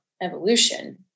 evolution